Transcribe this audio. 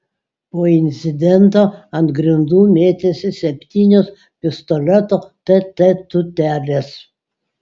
po incidento ant grindų mėtėsi septynios pistoleto tt tūtelės